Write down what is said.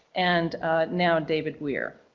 and now david weir.